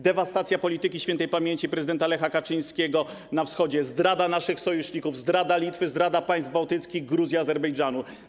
Dewastacja polityki śp. prezydenta Lecha Kaczyńskiego na wschodzie, zdrada naszych sojuszników, zdrada Litwy, zdrada państw bałtyckich, Gruzji, Azerbejdżanu.